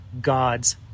God's